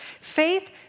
Faith